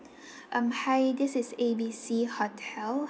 um hi this is A B C hotel